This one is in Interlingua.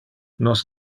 nos